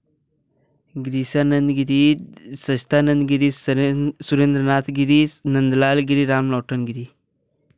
Girishanand Giri Sachchidanand Giri Saren Surendranath Giris Nandlal Giri Ramnautang Giri